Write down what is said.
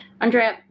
Andrea